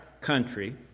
country